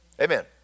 Amen